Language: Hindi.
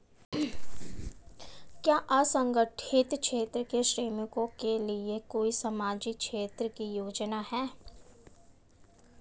क्या असंगठित क्षेत्र के श्रमिकों के लिए कोई सामाजिक क्षेत्र की योजना है?